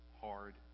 hard